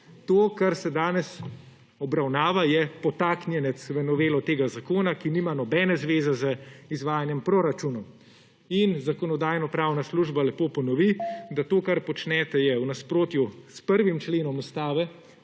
To, kar se danes obravnava, je potaknjenec v novelo tega zakona, ki nima nobene zveze z izvajanjem proračunov. Zakonodajno-pravna služba lepo ponovi, da to, kar počnete, je v nasprotju s 1. členom Ustave,